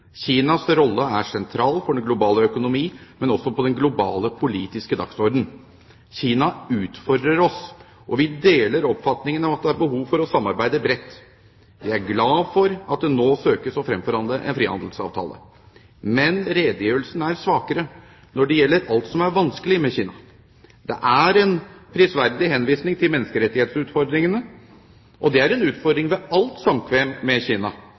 Kinas rolle er sentral for den globale økonomi, men også på den globale politiske dagsordenen. Kina utfordrer oss, og vi deler oppfatningen om at det er behov for å samarbeide bredt. Vi er glad for at det nå søkes å fremforhandle en frihandelsavtale. Men redegjørelsen er svakere når det gjelder alt som er vanskelig med Kina. Det er en prisverdig henvisning til menneskerettighetsutfordringene. Det er en utfordring ved alt samkvem med Kina. Men hva med de mer politiske krav som vi møter fra Kina?